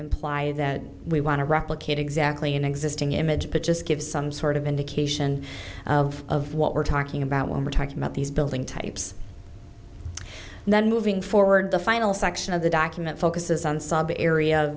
imply that we want to replicate exactly an existing image but just give some sort of indication of what we're talking about when we're talking about these building types and then moving forward the final section of the document focuses on sub area